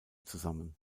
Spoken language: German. zusammen